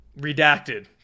Redacted